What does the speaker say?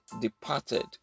departed